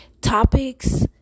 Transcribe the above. topics